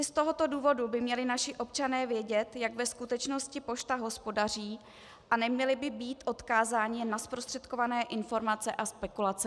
I z tohoto důvodu by měli naši občané vědět, jak ve skutečnosti pošta hospodaří, a neměli by být odkázáni jen na zprostředkované informace a spekulace médií.